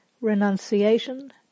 renunciation